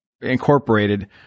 incorporated